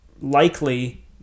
likely